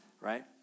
right